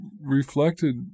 reflected